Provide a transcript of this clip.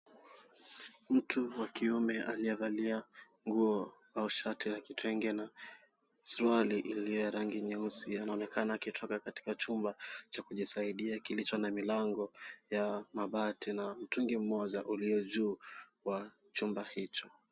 Mtu wa kiume aliyevalia nguo au shati la kitenge la suruali iliyo ya rangi nyeusi anaonekana akitoka katika chumba cha kujisaidia kilicho na milango ya mabati na mtungi mmoja uliojuu wa chumba hicho.